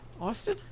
Austin